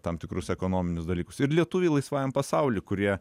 tam tikrus ekonominius dalykus ir lietuviai laisvajam pasauly kurie